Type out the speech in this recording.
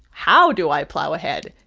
how do i plow ahead?